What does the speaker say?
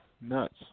Nuts